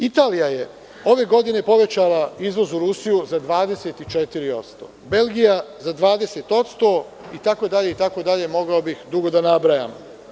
Italija je ove godine povećala izvoz u Rusiju za 24%, Belgija za 20% itd, mogao bih dugo da nabrajam.